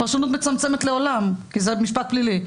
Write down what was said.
פרשנות מצמצמת לעולם כי זה משפט פלילי.